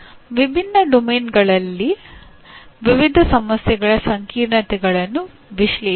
ವಿಭಿನ್ನ ಕಾರ್ಯಕ್ಷೇತ್ರಗಳಲ್ಲಿನ ವಿವಿಧ ಸಮಸ್ಯೆಗಳ ಸಂಕೀರ್ಣತೆಗಳನ್ನು ವಿಶ್ಲೇಷಿಸಿ